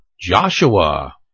Joshua